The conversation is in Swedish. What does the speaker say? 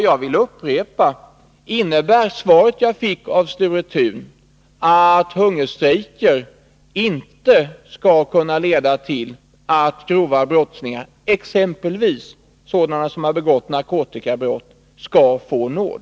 Jag vill upprepa frågan: Innebär det svar jag fick av Sture Thun att hungerstrejker inte skall kunna leda till att grova brottslingar, exempelvis sådana som har begått narkotikabrott, skall få nåd?